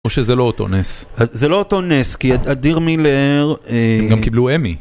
משה, זה לא אותו נס. זה לא אותו נס, כי אדיר מילר... אה.. הם גם קיבלו אמי.